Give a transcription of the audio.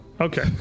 Okay